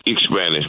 Spanish